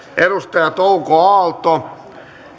touko aalto